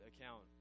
account